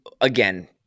again